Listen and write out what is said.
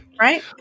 Right